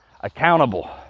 accountable